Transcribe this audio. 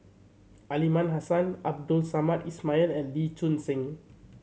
Aliman Hassan Abdul Samad Ismail and Lee Choon Seng